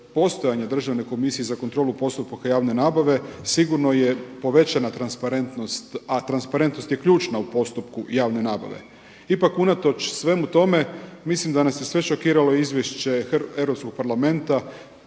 postoje Državne komisije za kontrolu postupaka javne nabave sigurno je povećana transparentnost, a transparentnost je ključna u postupku javne nabave. Ipak, unatoč svemu tome mislim da nas je sve šokiralo Izvješće Europskog parlamenta